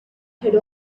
had